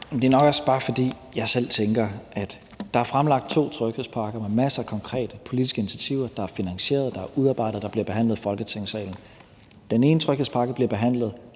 Det er nok også bare, fordi jeg selv tænker, at der er fremlagt to tryghedspakker med masser af konkrete politiske initiativer, der er finansieret og er udarbejdet og bliver behandlet i Folketingssalen: Den ene tryghedspakke bliver behandlet